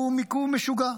הוא מיקום משוגע,